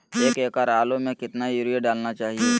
एक एकड़ आलु में कितना युरिया डालना चाहिए?